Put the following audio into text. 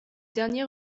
dernier